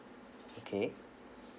okay